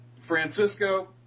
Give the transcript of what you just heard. Francisco